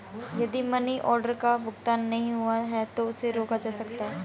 यदि money order का भुगतान नहीं हुआ है तो उसे रोका जा सकता है